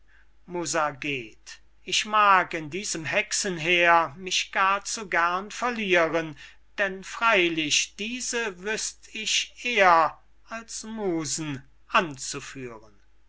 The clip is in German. ich mag in diesem hexenheer mich gar zu gern verlieren denn freylich diese wüßt ich eh'r als musen anzuführen